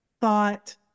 thought